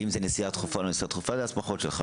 ואם זה נסיעה דחופה או לא דחופה זה הסמכות שלך.